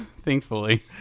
thankfully